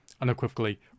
unequivocally